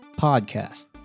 podcast